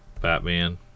Batman